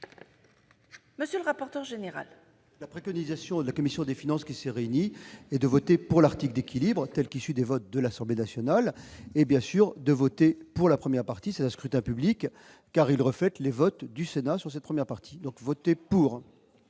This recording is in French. M. le rapporteur général. La préconisation de la commission des finances, qui s'est réunie, est de voter pour l'article d'équilibre tel qu'il est issu des votes de l'Assemblée nationale, et bien sûr de voter pour la première partie, par scrutin public, car cet article reflète les votes du Sénat sur cette première partie. Je mets aux